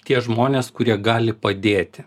tie žmonės kurie gali padėti